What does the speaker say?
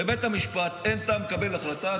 לבית המשפט אין טעם לקבל החלטה.